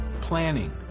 Planning